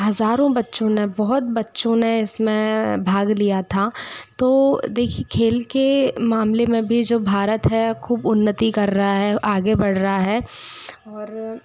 हज़ारों बच्चों ने बहुत बच्चों ने इस में भाग लिया था तो देखिए खेल के मामले में भी जो भारत है ख़ूब उन्नति कर रहा है आगे बढ़ रहा है और